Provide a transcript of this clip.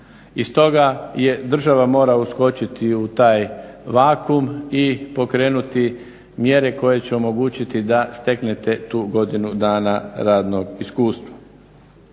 I stoga država mora uskočiti u taj vakuum i pokrenuti mjere koje će omogućiti da steknete tu godinu dana radnog iskustva.